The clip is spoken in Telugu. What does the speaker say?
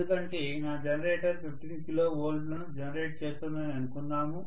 ఎందుకంటే నా జనరేటర్ 15 కిలోవోల్ట్లను జనరేట్ చేస్తోందని అనుకుందాము